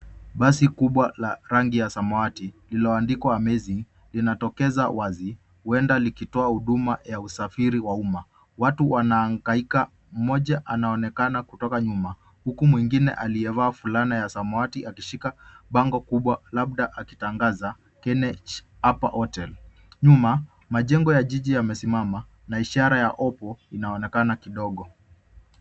Basi kubwa la rangi ya samawati lilioandikwa Amazing , linatokeza wazi. Huenda likitoa huduma ya usafiri wa umma. Watu wanahangaika. Mmoja anaonekana kutoka nyuma, huku mwingine aliyevaa fulana ya samawati akishika bango kubwa, labda akitangaza KNH Upperhotel. Nyuma, majengo ya jiji yamesimama na ishara ya Oppo inaonekana kidogo.